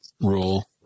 rule